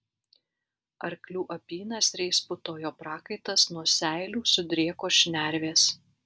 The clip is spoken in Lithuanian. arklių apynasriais putojo prakaitas nuo seilių sudrėko šnervės